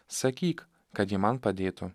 sakyk kad ji man padėtų